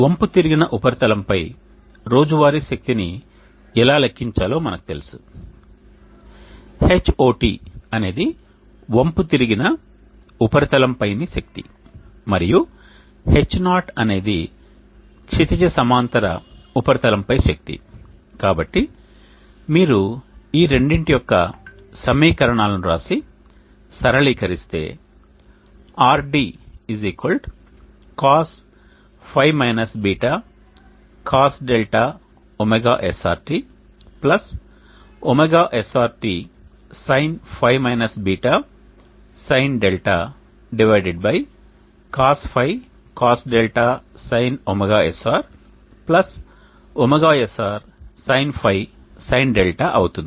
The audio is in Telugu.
వంపుతిరిగిన ఉపరితలంపై రోజువారీ శక్తిని ఎలా లెక్కించాలో మనకు తెలుసు H0T అనేది వంపు తిరిగిన ఉపరితం పైని శక్తి మరియు H0 అనేది క్షితిజ సమాంతర ఉపరితలంపై శక్తి కాబట్టి మీరు ఈ రెండింటి యొక్క సమీకరణాలను వ్రాసి సరళీకరిస్తే RD Cosϕ β Cos𝛿 ωsrt ωsrt Sinϕ - β Sin 𝛿 Cosϕ Cos 𝛿 Sin ωsr ωsr Sin φ Sin 𝛿 అవుతుంది